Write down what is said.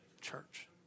church